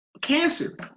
Cancer